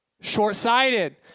Short-sighted